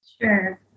sure